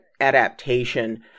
adaptation